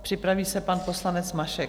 Připraví se pan poslanec Mašek.